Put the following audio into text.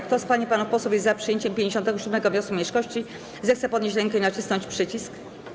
Kto z pań i panów posłów jest za przyjęciem 57. wniosku mniejszości, zechce podnieść rękę i nacisnąć przycisk.